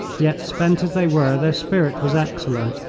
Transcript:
yet, spent as they were, their spirit was excellent,